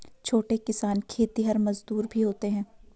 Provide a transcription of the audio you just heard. छोटे किसान खेतिहर मजदूर भी होते हैं